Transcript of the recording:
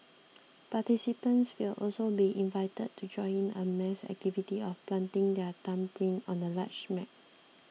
participants will also be invited to join in a mass activity of planting their thumbprint on a large map